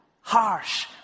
harsh